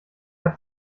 hat